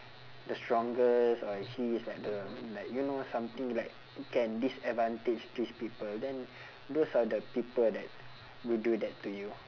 the strongest or he is like the like you know something like can disadvantage this people then those are the people that will do that to you